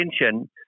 attention